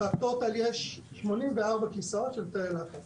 ואני מקווה שבכירורגית חזה אתה טועה פחות.